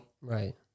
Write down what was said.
Right